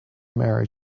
married